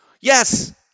yes